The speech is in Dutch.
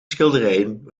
schilderijen